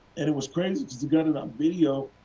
and it was crazy, since they got it on video.